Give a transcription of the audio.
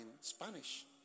Spanish